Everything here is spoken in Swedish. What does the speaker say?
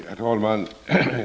Herr talman!